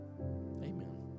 amen